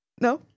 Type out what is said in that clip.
No